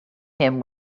him